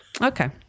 Okay